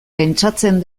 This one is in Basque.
pentsatzen